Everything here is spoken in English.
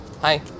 hi